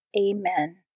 Amen